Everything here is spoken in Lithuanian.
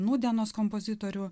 nūdienos kompozitorių